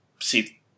see